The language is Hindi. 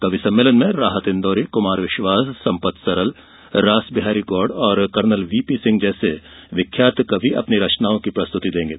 कवि सम्मेलन में राहत इंदौरी कुमार विश्वास संपत सरल रास बिहारी गौड़ कर्नल वीपी सिंह जैसे विख्यात कवि अपनी रचनाओं की प्रस्तुति देंगे